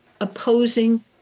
opposing